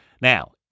Now